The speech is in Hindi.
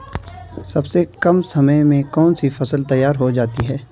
सबसे कम समय में कौन सी फसल तैयार हो जाती है?